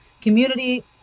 community